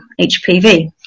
HPV